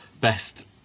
best